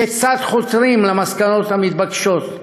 כיצד חותרים למסקנות המתבקשות,